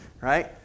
Right